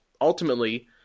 ultimately